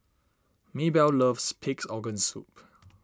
Maebell loves Pig's Organ Soup